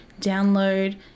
download